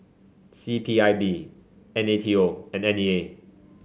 C P I B N A T O and N E A